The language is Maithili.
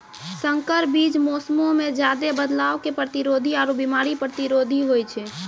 संकर बीज मौसमो मे ज्यादे बदलाव के प्रतिरोधी आरु बिमारी प्रतिरोधी होय छै